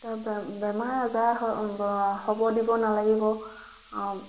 তাৰপৰা বেমাৰ আজাৰ হ'ব হ'ব দিব নালাগিব